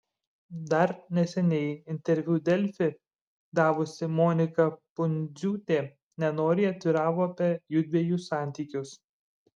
dar neseniai interviu delfi davusi monika pundziūtė nenoriai atviravo apie jųdviejų santykius